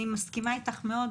אני מסכימה איתך מאוד,